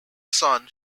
son